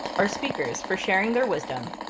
our speakers for sharing their wisdom,